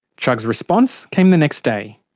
chugg's response came the next day,